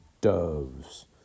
doves